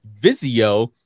Vizio